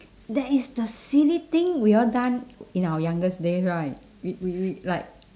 that is the silly thing we all done in our youngest day right we we we like